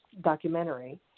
documentary